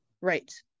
Right